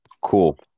Cool